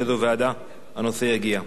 לאיזו ועדה הנושא יגיע.